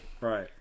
right